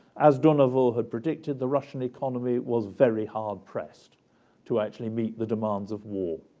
as durnovo had predicted, the russian economy was very hard-pressed to actually meet the demands of war.